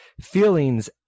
feelings